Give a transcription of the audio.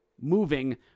moving